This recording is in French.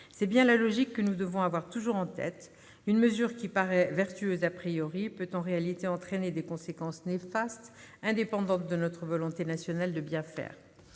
C'est bien la logique que nous devons avoir toujours en tête : une mesure qui paraît vertueuse peut en réalité entraîner des conséquences néfastes, indépendantes de notre volonté nationale de bien faire.